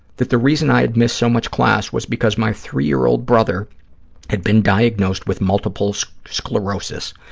that the reason i had missed so much class was because my three-year-old brother had been diagnosed with multiple so sclerosis.